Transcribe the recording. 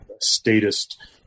statist